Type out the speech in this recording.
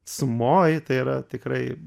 sumoj tai yra tikrai